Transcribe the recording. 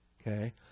Okay